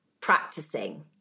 practicing